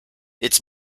its